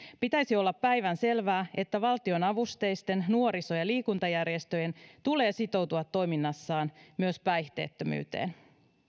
pitäisi olla päivänselvää että valtionavusteisten nuoriso ja liikuntajärjestöjen tulee sitoutua toiminnassaan myös päihteettömyyteen